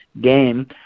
game